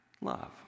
love